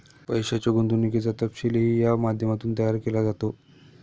पैशाच्या गुंतवणुकीचा तपशीलही या माध्यमातून तयार केला जातो